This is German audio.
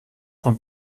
von